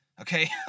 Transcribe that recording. Okay